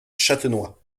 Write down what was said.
châtenois